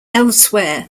elsewhere